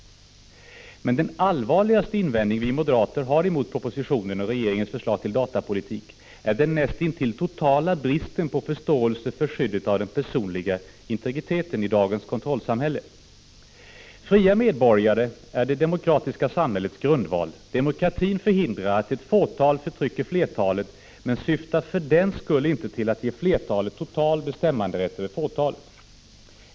Men den allvarligaste invändningen som vi moderater har mot propositionen och regeringens förslag till datapolitik är den näst intill totala bristen på förståelse för skyddet av den personliga integriteten i dagens kontrollsamhälle. Fria medborgare är det demokratiska samhällets grundval. Demokratin förhindrar att ett fåtal förtrycker flertalet men syftar för den skull inte till att ge flertalet total bestämmanderätt över fåtalet.